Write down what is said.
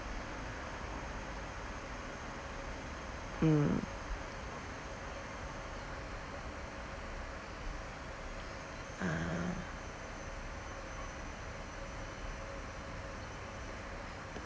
mm ah